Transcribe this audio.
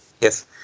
Yes